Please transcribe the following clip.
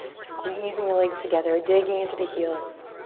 squeezing the legs together, digging into the heels.